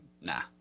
nah